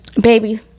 Baby